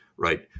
right